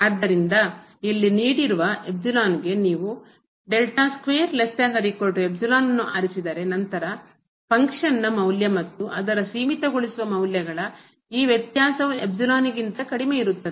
ಆದ್ದರಿಂದ ಇಲ್ಲಿ ನೀಡಿರುವ ಗೆ ನೀವು ನಂತರ ಫಂಕ್ಷನ್ ಕಾರ್ಯನ ಮೌಲ್ಯ ಮತ್ತು ಅದರ ಸೀಮಿತಗೊಳಿಸುವ ಮೌಲ್ಯ ಗಳ ಈ ವ್ಯತ್ಯಾಸವು ಕಡಿಮೆ ಇರುತ್ತದೆ